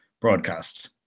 broadcast